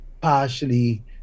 partially